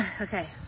Okay